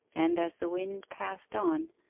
and as the wind passed on,